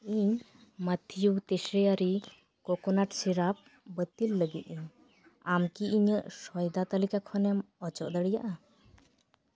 ᱤᱧ ᱢᱟᱛᱷᱤᱭᱟ ᱛᱮᱥᱮᱭᱟᱨᱤ ᱠᱳᱠᱳᱱᱟᱴ ᱥᱤᱨᱟᱯ ᱵᱟᱹᱛᱤᱞ ᱞᱟᱹᱜᱤᱫ ᱤᱧ ᱟᱢ ᱠᱤ ᱤᱧᱟᱹᱜ ᱥᱚᱭᱫᱟ ᱛᱟᱹᱞᱤᱠᱟ ᱠᱷᱚᱱᱮᱢ ᱚᱪᱚᱜ ᱫᱟᱲᱮᱭᱟᱜᱼᱟ